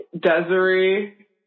Desiree